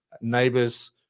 neighbors